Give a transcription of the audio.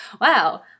wow